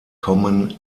kommen